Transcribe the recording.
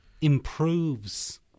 improves